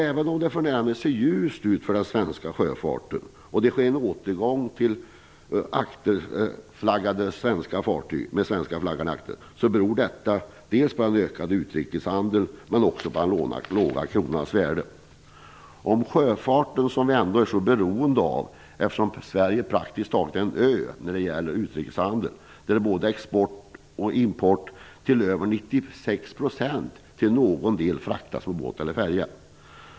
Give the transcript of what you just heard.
Även om det för närvarande ser ljust ut för den svenska sjöfarten och det sker en återgång till svenska akterflaggor, beror det på den ökade utrikeshandeln och också på kronans låga värde. Vi är mycket beroende av sjöfarten, eftersom Sverige praktiskt taget är en ö när det gäller utrikeshandel. Både export och importgods fraktas till över 96 % vid något tillfälle på båt eller färja.